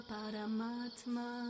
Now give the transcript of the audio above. Paramatma